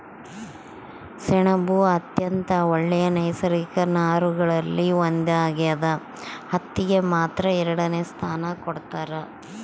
ಸೆಣಬು ಅತ್ಯಂತ ಒಳ್ಳೆ ನೈಸರ್ಗಿಕ ನಾರುಗಳಲ್ಲಿ ಒಂದಾಗ್ಯದ ಹತ್ತಿಗೆ ಮಾತ್ರ ಎರಡನೆ ಸ್ಥಾನ ಕೊಡ್ತಾರ